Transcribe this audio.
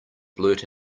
blurt